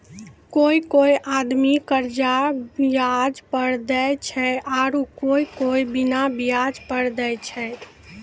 कोय कोय आदमी कर्जा बियाज पर देय छै आरू कोय कोय बिना बियाज पर देय छै